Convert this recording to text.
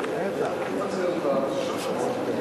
ברק, לא של אף אחד.